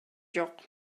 жок